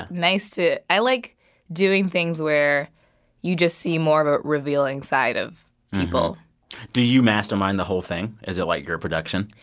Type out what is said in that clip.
nice to i like doing things where you just see more of a revealing side of people do you mastermind the whole thing? is it, like, your production?